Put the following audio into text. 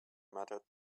mattered